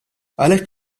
għalhekk